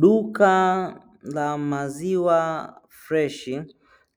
Duka la maziwa freshi